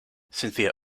cynthia